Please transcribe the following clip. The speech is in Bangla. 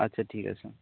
আচ্ছা ঠিক আছে